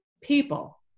people